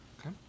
Okay